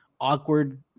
awkward